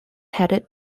headed